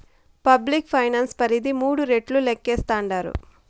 public finance పరిధి మూడు రెట్లు లేక్కేస్తాండారు